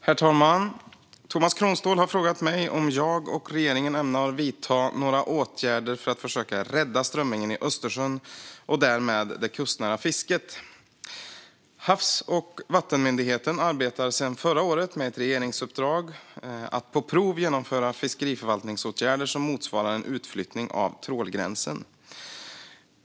Herr talman! Tomas Kronståhl har frågat mig om jag och regeringen ämnar vidta några åtgärder för att försöka rädda strömmingen i Östersjön och därmed det kustnära fisket. Havs och vattenmyndigheten arbetar sedan förra året med ett regeringsuppdrag att på prov genomföra fiskeriförvaltningsåtgärder som motsvarar en utflyttning av trålgränsen.